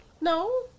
No